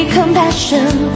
compassion